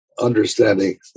understanding